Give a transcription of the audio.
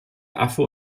affe